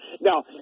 Now